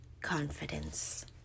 confidence